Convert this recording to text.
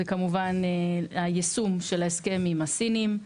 זה כמובן היישום של ההסכם עם הסינים,